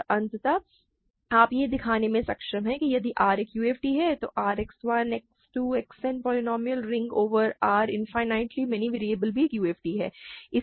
और अंत में आप यह दिखाने में सक्षम हैं कि यदि R एक UFD है R X 1 X 2 X n polynomial ring over R infinitely many variables भी एक UFD हैं